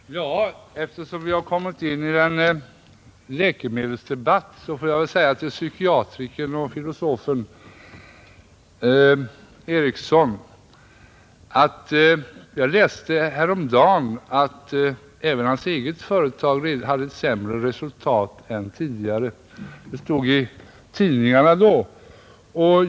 Herr talman! Eftersom vi har kommit in i en läkemedelsdebatt får jag säga till psykiatrikern och filosofen Ericsson i Åtvidaberg att jag häromdagen läste i tidningen att även hans eget företag hade fått en sjukdom och fått ett sämre resultat i år än tidigare.